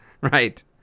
Right